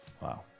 Wow